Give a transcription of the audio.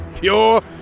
pure